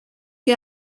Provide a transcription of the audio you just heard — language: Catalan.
que